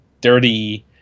dirty